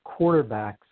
quarterbacks